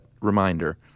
reminder